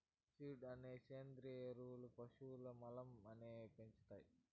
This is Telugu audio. ప్యాడ అనేది సేంద్రియ ఎరువు పశువుల మలం అనే సెప్పొచ్చు